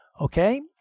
Okay